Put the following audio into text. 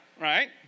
right